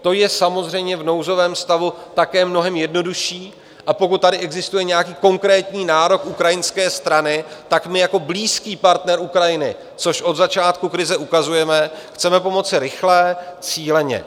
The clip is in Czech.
To je samozřejmě v nouzovém stavu také mnohem jednodušší, a pokud tady existuje nějaký konkrétní nárok ukrajinské strany, tak my jako blízký partner Ukrajiny, což od začátku krize ukazujeme, chceme pomoci rychle, cíleně.